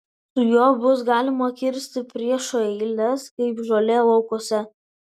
su juo bus galima kirsti priešo eiles kaip žolę laukuose